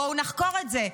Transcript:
בואו נחקור את זה.